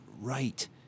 right